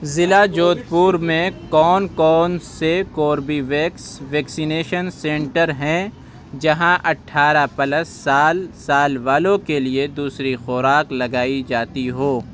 ضلع جودھ پور میں کون کون سے کوربیویکس ویکسینیشن سینٹر ہیں جہاں اٹھارہ پلس سال سال والوں کے لیے دوسری خوراک لگائی جاتی ہو